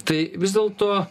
tai vis dėlto